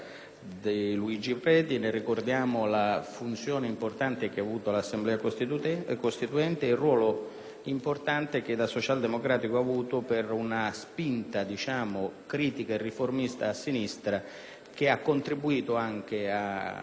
Luigi Preti. Ne ricordiamo la funzione importante che ha avuto all'Assemblea Costituente ed il ruolo importante che da socialdemocratico ha svolto per una spinta critica e riformista a sinistra, contribuendo anche a